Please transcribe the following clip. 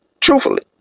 truthfully